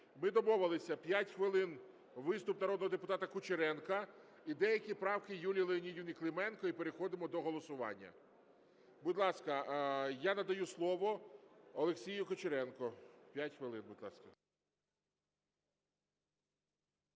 Ми домовилися: 5 хвилин виступ народного депутата Кучеренка і деякі правки Юлії Леонідівни Клименко і переходимо до голосування. Будь ласка, я надаю слово Олексію Кучеренку. 5 хвилин, будь ласка.